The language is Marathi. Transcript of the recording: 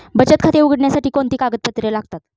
बचत खाते उघडण्यासाठी कोणती कागदपत्रे लागतात?